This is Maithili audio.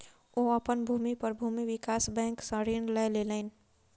ओ अपन भूमि पर भूमि विकास बैंक सॅ ऋण लय लेलैन